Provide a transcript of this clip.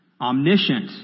omniscient